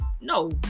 No